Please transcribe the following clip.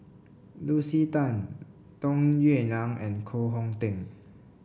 Lucy Tan Tung Yue Nang and Koh Hong Teng